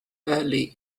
early